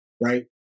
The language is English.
right